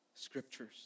scriptures